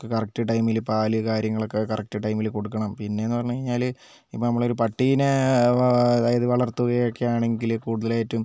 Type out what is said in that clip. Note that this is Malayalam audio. അവർക്ക് കറക്റ്റ് ടൈമിൽ പാൽ കാര്യങ്ങളൊക്കെ കറക്റ്റ് ടൈമിൽ കൊടുക്കണം പിന്നെന്നു പറഞ്ഞു കഴിഞ്ഞാൽ ഇപ്പം നമ്മളൊരു പട്ടിനെ അതായത് വളർത്തുകയൊക്കെ ആണെങ്കിൽ കൂടുതലായിട്ടും